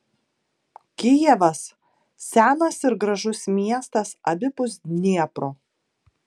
kijevas senas ir gražus miestas abipus dniepro